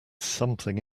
something